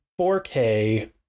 4K